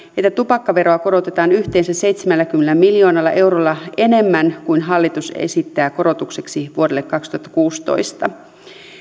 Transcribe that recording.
että tupakkaveroa korotetaan yhteensä seitsemälläkymmenellä miljoonalla eurolla enemmän kuin hallitus esittää korotukseksi vuodelle kaksituhattakuusitoista